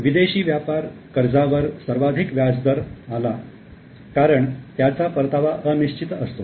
विदेशी व्यापार कर्जावर सर्वाधिक व्याजदर आला कारण त्याचा परतावा अनिश्चित असतो